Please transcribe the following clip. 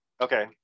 okay